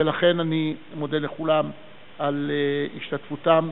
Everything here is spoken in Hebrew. ולכן אני מודה לכולם על השתתפותם.